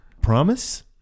promise